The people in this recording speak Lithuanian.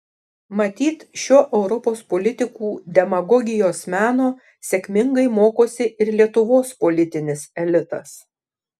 matyt šio europos politikų demagogijos meno sėkmingai mokosi ir lietuvos politinis elitas